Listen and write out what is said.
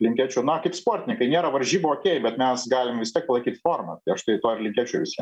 linkėčiau na kaip sportininkai nėra varžybų okei bet mes galim vis tiek palaikyt formą tai aš to ir linkėčiau visiem